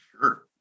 Sure